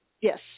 Yes